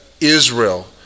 Israel